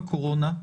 אבל הכוונה הייתה,